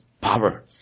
power